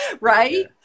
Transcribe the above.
right